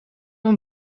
een